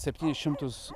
septynis šimtus